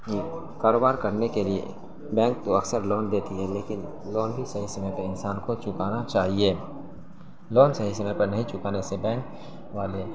کاروبار کرنے کے لیے بینک تو اکثر لون دیتی ہے لیکن لون بھی صحیح سمے پہ انسان کو چکانا چاہیے لون صحیح سمے پہ نہیں چکانے سے بینک والے